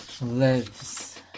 lives